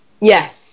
Yes